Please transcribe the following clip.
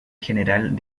general